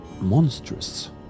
monstrous